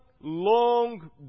long